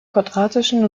quadratischen